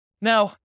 Now